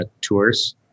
tours